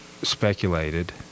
speculated